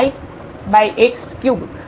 તેથી આ 1 અહીં છે